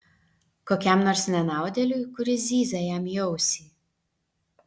kokiam nors nenaudėliui kuris zyzia jam į ausį